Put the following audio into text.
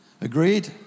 Agreed